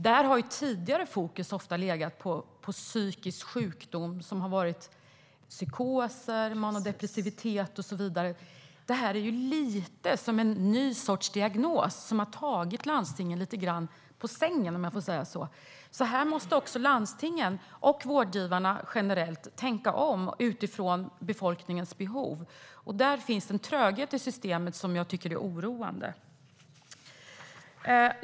Där har fokus tidigare ofta legat på psykisk sjukdom som psykoser, manodepressivitet och så vidare. Detta är lite som en ny sorts diagnos som har tagit landstingen så att säga lite grann på sängen. Här måste också landstingen och vårdgivarna generellt tänka om utifrån befolkningens behov. Där finns en tröghet i systemet som jag tycker är oroande.